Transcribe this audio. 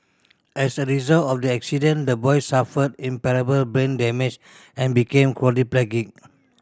as a result of the accident the boy suffered brain damage and became quadriplegic